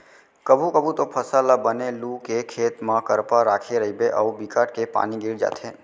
कभू कभू तो फसल ल बने लू के खेत म करपा राखे रहिबे अउ बिकट के पानी गिर जाथे